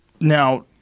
Now